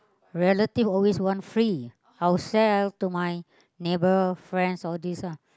relative always want free I'll sell to my neighbor friends all these lah